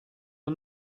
are